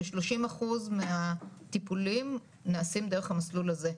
כ-30% מהטיפולים נעשים דרך המסלול הזה,